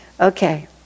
Okay